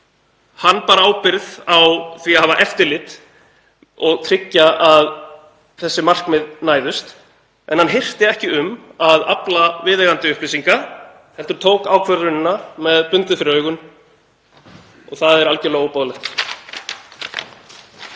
Hann bar ábyrgð á því að hafa eftirlit og tryggja að þessi markmið næðust en hann hirti ekki um að afla viðeigandi upplýsinga heldur tók ákvörðunina með bundið fyrir augun. Það er algerlega óboðlegt.